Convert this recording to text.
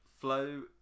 flow